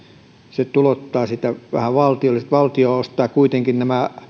se tulouttaa siitä vähän valtiolle ja sitten valtio ostaa kuitenkin